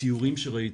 ציורים שראיתי,